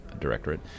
Directorate